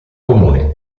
comune